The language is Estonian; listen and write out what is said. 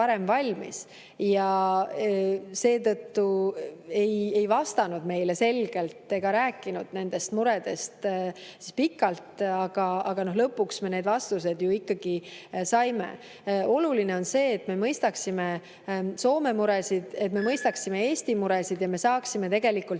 ja seetõttu ei vastanud meile selgelt ega rääkinud nendest muredest pikka aega. Aga lõpuks me need vastused ju ikkagi saime. Oluline on see, et me mõistaksime Soome muresid, et me mõistaksime Eesti muresid ja et me saaksime mõlemad